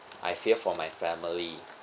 I fear for my family